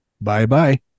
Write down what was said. Bye-bye